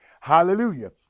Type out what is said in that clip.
hallelujah